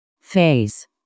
Phase